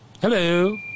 Hello